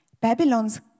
Babylon's